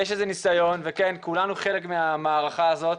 יש איזה ניסיון, וכן, כולנו חלק מהמערכה הזאת,